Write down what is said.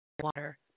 water